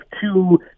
two